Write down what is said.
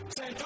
Say